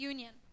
Union